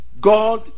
God